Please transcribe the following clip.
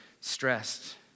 stressed